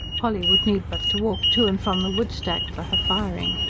polly would need but to walk to and from the woodstack for her firing.